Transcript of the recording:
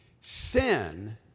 sin